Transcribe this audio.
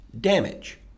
damage